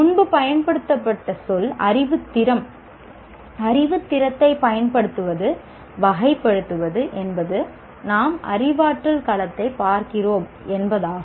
முன்பு பயன்படுத்தப்பட்ட சொல் அறிவுத்திறம் அறிவுத்திறத்தை வகைப்படுத்துவது என்பது நாம் அறிவாற்றல் களத்தைப் பார்க்கிறோம் என்பதாகும்